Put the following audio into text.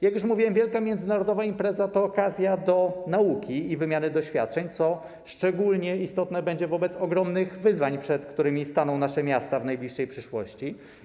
Jak już mówiłem, wielka międzynarodowa impreza to okazja do nauki i wymiany doświadczeń, co szczególnie istotne będzie wobec ogromnych wyzwań, przed którymi staną nasze miasta w najbliższej przyszłości.